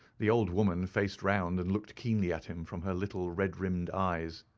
the old woman faced round and looked keenly at him from her little red-rimmed eyes.